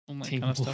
Team